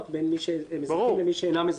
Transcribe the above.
בין מי שהם אזרחים לבין מי שאינם אזרחים.